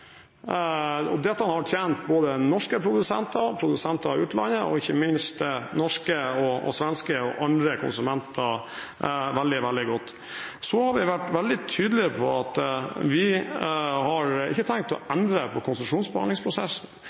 og dette har tjent både norske produsenter, produsenter i utlandet og ikke minst norske, svenske og andre konsumenter veldig, veldig godt. Så har vi vært svært tydelige på at vi ikke har tenkt å endre på konsesjonsbehandlingsprosessen.